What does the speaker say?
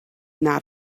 not